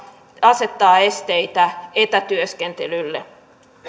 asettaa esteitä etätyöskentelylle